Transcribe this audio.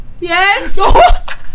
Yes